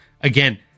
Again